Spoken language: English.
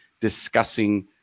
discussing